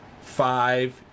five